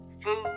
food